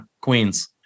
queens